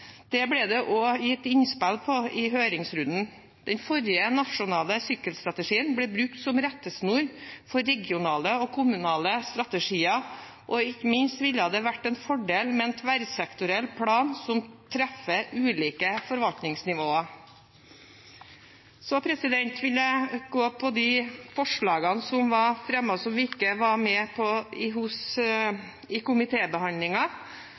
Det ble det gitt innspill om i høringsrunden. Den forrige nasjonale sykkelstrategien ble brukt som rettesnor for regionale og kommunale strategier, og det ville ikke minst vært en fordel med en tverrsektoriell plan som treffer ulike forvaltningsnivåer. Så vil jeg over til de forslagene som ble fremmet som vi ikke var med på i komitébehandlingen. Når det gjelder forslagene fra SV, vil i